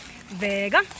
Vega